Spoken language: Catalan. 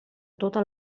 tota